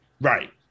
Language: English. Right